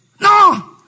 No